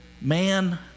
man